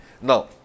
Now